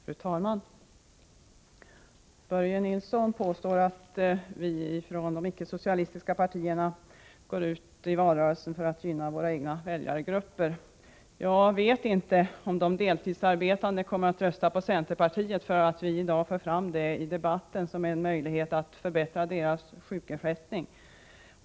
Fru talman! Börje Nilsson påstår att vi från de icke-socialistiska partierna går ut i valrörelsen för att gynna våra egna väljargrupper. Jag vet inte om de deltidsarbetande kommer att rösta på centerpartiet därför att vi i debatten i dag för fram en möjlighet att förbättra deras sjukersättning.